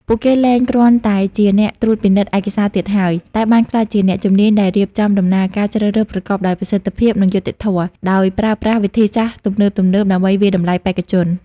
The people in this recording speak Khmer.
ពួកគេលែងគ្រាន់តែជាអ្នកត្រួតពិនិត្យឯកសារទៀតហើយ តែបានក្លាយជាអ្នកជំនាញដែលរៀបចំដំណើរការជ្រើសរើសប្រកបដោយប្រសិទ្ធភាព និងយុត្តិធម៌ ដោយប្រើប្រាស់វិធីសាស្ត្រទំនើបៗដើម្បីវាយតម្លៃបេក្ខជន។